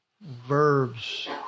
verbs